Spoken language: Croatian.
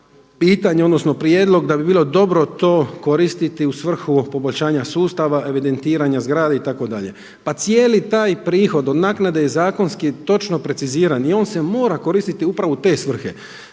pitanje odnosno prijedlog da bi bilo dobro to koristiti u svrhu poboljšanja sustava evidentiranja zgrada itd. Pa cijeli taj prihod od naknade je zakonski točno preciziran i on se mora koristiti upravo u te svrhe.